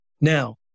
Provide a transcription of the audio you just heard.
Now